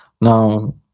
Now